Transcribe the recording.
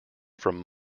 from